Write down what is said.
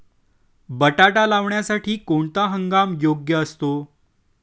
बटाटा लावण्यासाठी कोणता हंगाम योग्य असतो?